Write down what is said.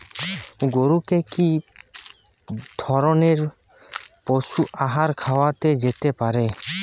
গরু কে কি ধরনের পশু আহার খাওয়ানো যেতে পারে?